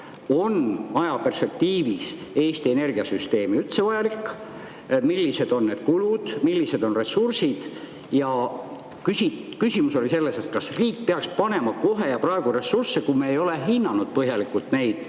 on ajaperspektiivis Eesti energiasüsteemis üldse vajalik, millised on kulud, millised on ressursid? Küsimus on selles, kas riik peaks panema sinna kohe ja praegu ressursse, kui me ei ole hinnanud põhjalikult